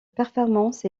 performance